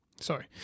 Sorry